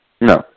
No